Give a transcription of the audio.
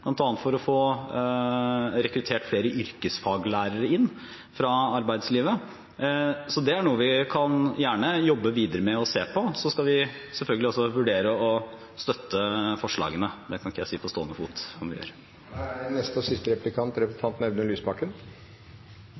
bl.a. for å få rekruttert flere yrkesfaglærere fra arbeidslivet, så det er noe vi gjerne kan jobbe videre med og se på. Så skal vi selvfølgelig også vurdere å støtte forslagene – det kan ikke jeg si på stående fot.